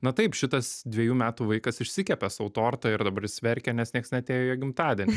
na taip šitas dviejų metų vaikas išsikepė sau tortą ir dabar jis verkia nes nieks neatėjo į jo gimtadienį